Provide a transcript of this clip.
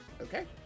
Okay